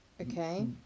Okay